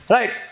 Right